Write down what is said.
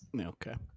Okay